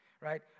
right